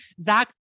Zach